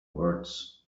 words